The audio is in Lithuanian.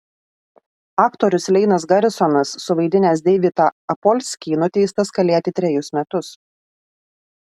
aktorius leinas garisonas suvaidinęs deividą apolskį nuteistas kalėti trejus metus